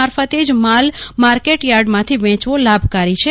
મારફતે જ માલ માર્કેટયાર્ડમાંથી વેચવો લાભકારી છે